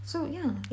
so yeah